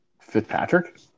Fitzpatrick